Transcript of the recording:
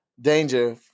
danger